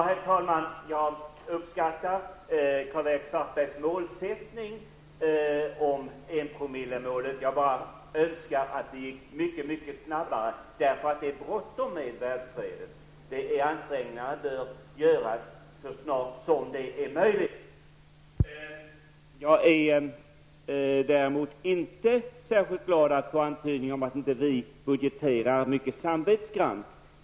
Herr talman! Jag uppskattar Karl-Erik Svartbergs målsättning när det gäller enpromillemålet. Jag bara önskar att det skulle gå mycket snabbare, för det är bråttom med världsfreden. Ansträngningarna bör göras så snart som möjligt. Däremot är jag inte särskilt glad åt att få höra en antydning om att vi inte budgeterar mycket samvetsgrant.